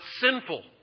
sinful